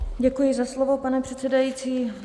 Děkuji za slovo, pane předsedající.